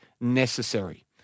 necessary